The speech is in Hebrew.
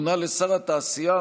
מונה לשר התעשייה,